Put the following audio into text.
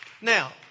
Now